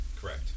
Correct